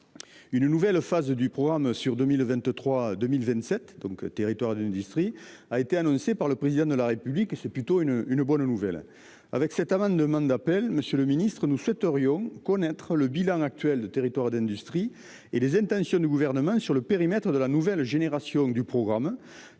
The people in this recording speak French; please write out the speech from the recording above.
Une nouvelle phase du programme sur 2023 2027 donc territoires d'industrie a été annoncée par le président de la République et-ce plutôt une, une bonne nouvelle. Avec cette demande d'appel Monsieur le Ministre, nous souhaiterions connaître le bilan actuel de territoires d'industrie. Et les intentions du gouvernement sur le périmètre de la nouvelle génération du programme